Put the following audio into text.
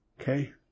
Okay